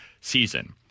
season